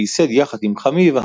ויסד יחד עם חמיו,